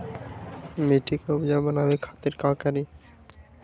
मिट्टी के उपजाऊ बनावे खातिर का करी?